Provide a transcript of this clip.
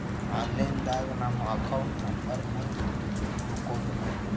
Online ದಾಗ ನಮ್ಮ account number ಹೆಂಗ್ ಹುಡ್ಕೊದು?